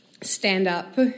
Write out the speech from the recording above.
stand-up